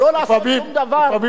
לפעמים זה היה קשה לי.